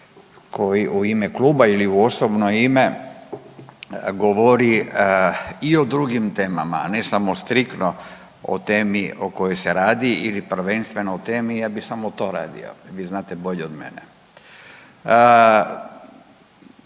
koji u ime kluba ili u osobno ime govori i o drugim temama ne samo striktno o temi o kojoj se radi ili prvenstveno o temi ja bih samo to radio. Vi znate bolje od mene.